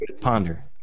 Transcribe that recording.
Ponder